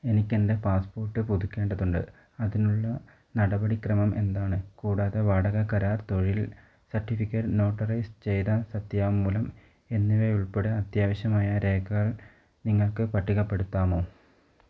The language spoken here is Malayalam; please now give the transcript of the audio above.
എനിക്ക് എൻ്റെ പാസ്പോർട്ട് പുതുക്കേണ്ടതുണ്ട് അതിനുള്ള നടപടിക്രമം എന്താണ് കൂടാതെ വാടക കരാർ തൊഴിൽ സർട്ടിഫിക്കറ്റ് നോട്ടറൈസ് ചെയ്ത സത്യവാങ്മൂലം എന്നിവയുൾപ്പെടെ അത്യാവശ്യമായ രേഖകൾ നിങ്ങൾക്ക് പട്ടികപ്പെടുത്താമോ